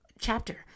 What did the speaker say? chapter